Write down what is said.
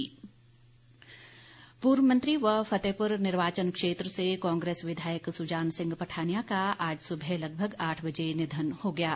पठानिया निधन पूर्व मंत्री व फतेहपुर निर्वाचन क्षेत्र से कांग्रेस विधायक सुजान सिंह पठानिया का आज सुबह लगभग आठ बजे निघन हो गया है